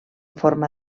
forma